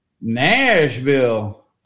Nashville